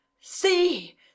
See